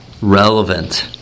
relevant